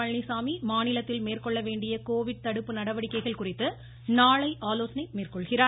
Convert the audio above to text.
பழனிசாமி மாநிலத்தில் மேற்கொள்ள வேண்டிய கோவிட் தடுப்பு நடவடிக்கைகள் குறித்து நாளை ஆலோசனை மேற்கொள்கிறார்